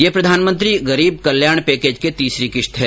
यह प्रधानमंत्री गरीब कल्याण पैकेज के तहत तीसरी किस्त है